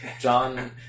John